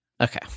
Okay